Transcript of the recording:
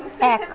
এক